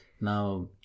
now